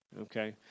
okay